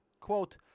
quote